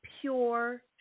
pure